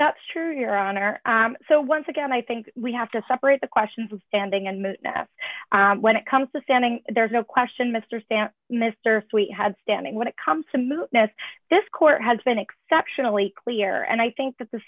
that's true your honor so once again i think we have to separate the questions of standing and when it comes to standing there is no question mr stamp mr sweet had standing when it comes to move this court has been exceptionally clear and i think that the